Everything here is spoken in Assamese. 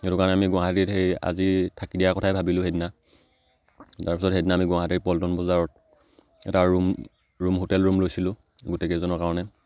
সেইটো কাৰণে আমি গুৱাহাটীত সেই আজি থাকি দিয়াৰ কথাই ভাবিলোঁ সেইদিনা তাৰপিছত সেইদিনা আমি গুৱাহাটীৰ পল্টনবজাৰত এটা ৰুম ৰুম হোটেল ৰুম লৈছিলোঁ গোটেইকেইজনৰ কাৰণে